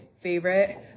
favorite